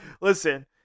Listen